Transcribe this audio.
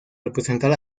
representar